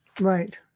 Right